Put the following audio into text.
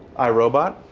irobot.